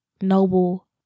noble